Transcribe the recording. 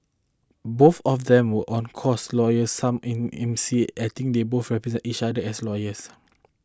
both of them were on course lawyers some in eminence I think they both represent each other as lawyers